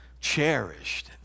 cherished